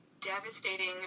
devastating